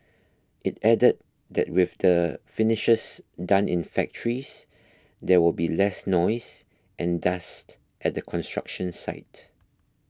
it added that with the finishes done in factories there will be less noise and dust at the construction site